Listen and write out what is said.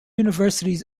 universities